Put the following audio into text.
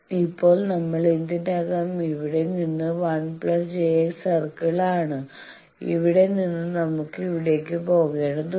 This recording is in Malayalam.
ഇപ്പോൾ നമ്മൾ ഇതിനകം ഇവിടെ നിന്ന് 1 j X സർക്കിളിലാണ് ഇവിടെ നിന്ന് നമുക്ക് ഇവിടേക്ക് പോകേണ്ടതുണ്ട്